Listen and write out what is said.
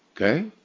Okay